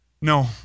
No